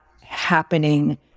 happening